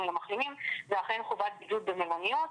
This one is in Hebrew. למחלימים זה אכן חובת בידוד במלוניות,